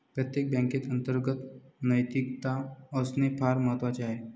प्रत्येक बँकेत अंतर्गत नैतिकता असणे फार महत्वाचे आहे